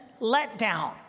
letdown